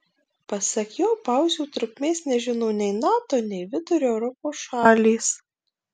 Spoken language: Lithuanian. pasak jo pauzių trukmės nežino nei nato nei vidurio europos šalys